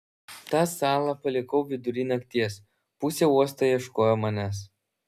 tą salą palikau vidury nakties pusė uosto ieškojo manęs